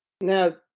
Now